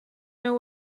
know